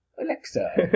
Alexa